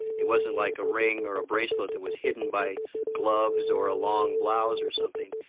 it wasn't like a ring or a bracelet that was hidden by gloves, or a long blouse, or something.